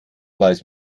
weiß